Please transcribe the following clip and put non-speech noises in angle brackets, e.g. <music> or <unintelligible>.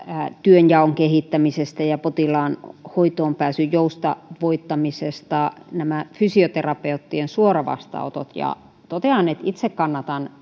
työnjaon kehittämisestä ja potilaan hoitoonpääsyn joustavoittamisesta nämä fysioterapeuttien suoravastaanotot totean että itse kannatan <unintelligible>